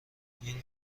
این